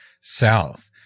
South